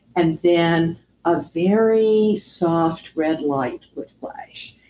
and then a very soft red light would flash.